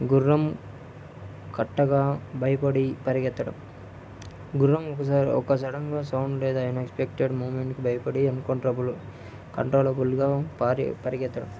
గుర్రం కట్టగా భయపడి పరిగెత్తడం గుర్రం ఒకసారి ఒక సడన్గా సౌండ్ ఏదైనా ఎక్స్పెక్టడ్ మూవ్మెంట్కి భయపడి అన్కంట్రబుల్ కంట్రోలబుల్గా పారి పరిగెత్తడం